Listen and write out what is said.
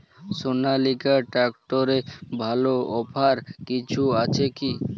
সনালিকা ট্রাক্টরে ভালো অফার কিছু আছে কি?